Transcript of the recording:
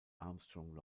armstrong